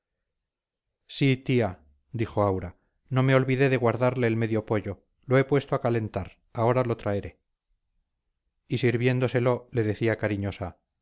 sí tía dijo aura no me olvidé de guardarle el medio pollo lo he puesto a calentar ahora lo traeré y sirviéndoselo le decía cariñosa